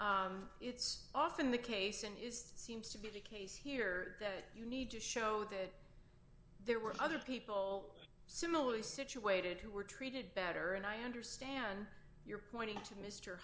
it's often the case and is seems to be the case here that you need to show that there were other people similarly situated who were treated better and i understand your point to mr